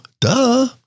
duh